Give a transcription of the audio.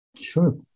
Sure